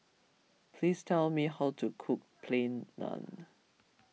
please tell me how to cook Plain Naan